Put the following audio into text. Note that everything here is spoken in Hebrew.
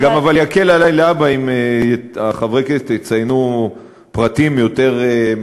זה יקל עלי להבא גם אם חברי הכנסת יציינו יותר פרטים מזהים,